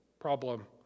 problem